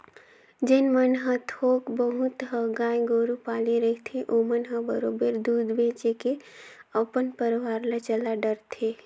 जेन मन ह थोक बहुत ह गाय गोरु पाले रहिथे ओमन ह बरोबर दूद बेंच के अपन परवार ल चला डरथे